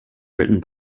written